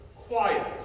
quiet